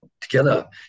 together